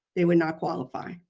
they would not qualify.